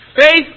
faith